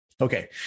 Okay